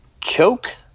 choke